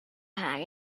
had